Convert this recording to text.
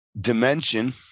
dimension